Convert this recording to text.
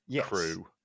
crew